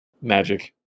magic